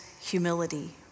humility